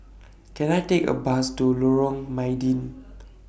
Can I Take A Bus to Lorong Mydin